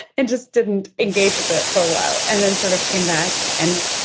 and just didn't engage with it for a while and then sort of came back and